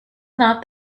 not